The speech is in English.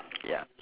ya